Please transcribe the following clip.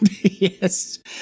Yes